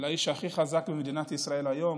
לאיש הכי חזק במדינת ישראל היום,